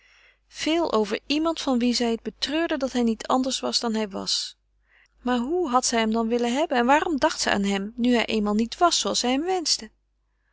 veel over iemand van wien zij het betreurde dat hij niet anders was dàn hij was maar hoe had zij hem dan willen hebben en waarom dacht ze aan hem nu hij eenmaal niet was zooals zij hem wenschte